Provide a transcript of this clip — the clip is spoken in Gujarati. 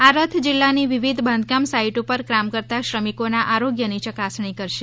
આ રથ જિલ્લાની વિવિધ બાંધકામ સાઈટ પર કામ કરતા શ્રમિકોના આરોગ્યની ચકાસણી કરશે